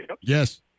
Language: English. Yes